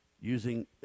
using